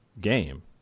game